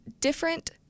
different